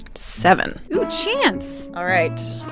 seven oh, chance all right,